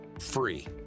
free